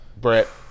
Brett